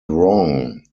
wrong